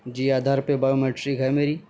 جی آدھار پہ بایومیٹرک ہے میری